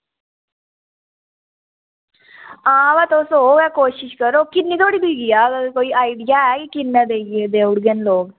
आं बाऽ तुस कोशिश करो किन्ने धोड़ी बिकी जाह्ग इंया कोई आइडिया ऐ किन्ना देई ओड़ङन लोग